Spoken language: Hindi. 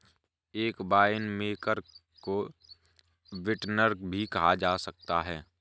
एक वाइनमेकर को विंटनर भी कहा जा सकता है